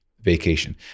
vacation